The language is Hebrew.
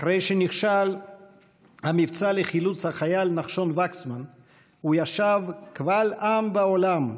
אחרי שנכשל המבצע לחילוץ החייל נחשון וקסמן הוא ישב קבל עם ועולם,